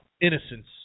innocence